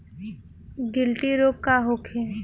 गिलटी रोग का होखे?